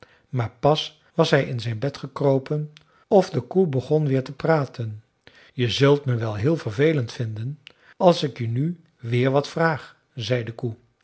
maar pas was hij in zijn bed gekropen of de koe begon weer te praten je zult me wel heel vervelend vinden als ik je nu weer wat vraag zei de koe